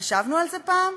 חשבנו על זה פעם?